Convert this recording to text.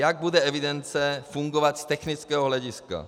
Jak bude evidence fungovat z technického hlediska?